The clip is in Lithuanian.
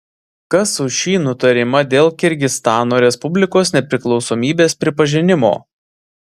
kas už šį nutarimą dėl kirgizstano respublikos nepriklausomybės pripažinimo